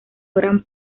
gran